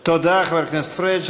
תודה, חבר הכנסת פריג'.